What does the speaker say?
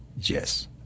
Yes